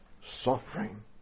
suffering